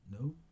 No